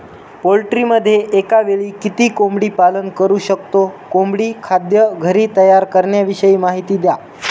पोल्ट्रीमध्ये एकावेळी किती कोंबडी पालन करु शकतो? कोंबडी खाद्य घरी तयार करण्याविषयी माहिती द्या